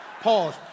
pause